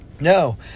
no